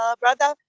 brother